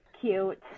cute